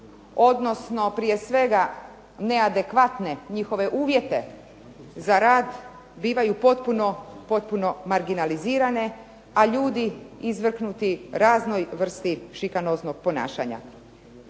odnosno prije svega neadekvatne njihove uvjete za rad bivaju potpuno, potpuno marginalizirane, a ljudi izvrnuti raznoj vrsti šikanoznog ponašanja.